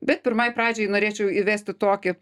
bet pirmai pradžiai norėčiau įvesti tokį